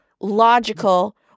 logical